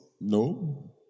No